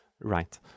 Right